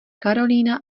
karolína